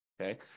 Okay